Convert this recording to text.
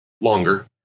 longer